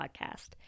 Podcast